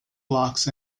blocks